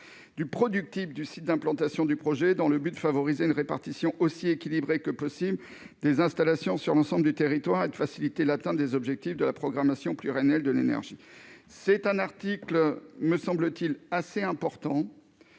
du productible du site d'implantation du projet. Il s'agit de favoriser une répartition aussi équilibrée que possible des installations sur l'ensemble du territoire et de faciliter l'atteinte des objectifs de la programmation pluriannuelle de l'énergie. Une telle mesure me semble importante.